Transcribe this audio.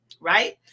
right